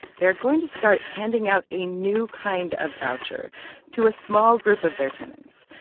they're going to start handing out a new kind of voucher to a small group of their tenants.